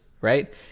right